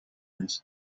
nicht